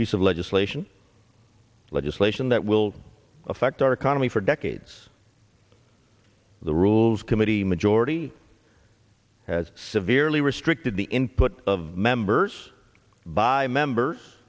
piece of legislation legislation that will affect our economy for decades the rules committee majority has severely restricted the input of members by members